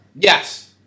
Yes